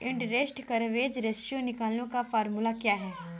Interest coverage ratio निकालने का formula क्या है?